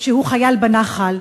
שהוא חייל בנח"ל,